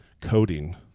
coding